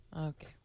Okay